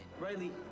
Riley